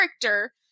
character